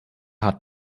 hat